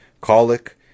colic